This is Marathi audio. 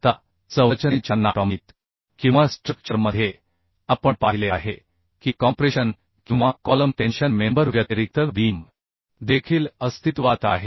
आता संरचनेच्या एनाटॉमीत किंवा स्ट्रक्चर मध्ये आपण पाहिले आहे की कॉम्प्रेशन किंवा कॉलम टेन्शन मेंबर व्यतिरिक्त बीम देखील अस्तित्वात आहे